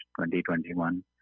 2021